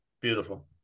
beautiful